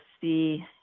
see